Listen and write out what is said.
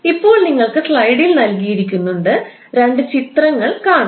ഇപ്പോൾ നിങ്ങൾക്ക് സ്ലൈഡിൽ നൽകിയിരിക്കുന്ന രണ്ട് ചിത്രങ്ങൾ കാണാം